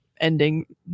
ending